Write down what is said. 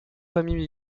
familles